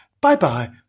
Bye-bye